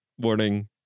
morning